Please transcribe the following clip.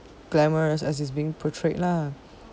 glamorous as it is being portrayed lah